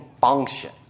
function